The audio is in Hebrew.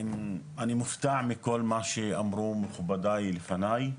אני מופתע מכל מה שאמרו מכובדי לפניי.